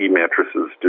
mattresses